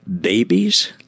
babies—